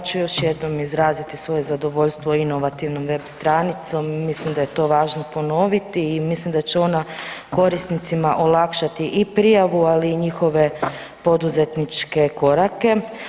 Evo, ja ću još jednom izraziti svoje zadovoljstvo inovativnom web stranicom, mislim da je to važno ponoviti i mislim da će ona korisnicima olakšati i prijavu, ali i njihove poduzetničke korake.